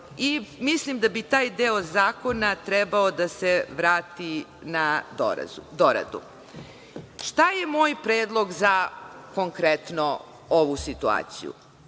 Mislim da bi taj deo zakona trebao da se vrati na doradu. Šta je moj predlog za konkretno ovu situaciju?